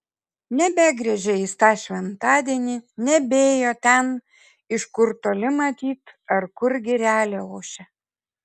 nebegriežė jis tą šventadienį nebėjo ten iš kur toli matyt ar kur girelė ošia